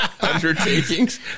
undertakings